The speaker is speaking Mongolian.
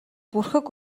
бүрхэг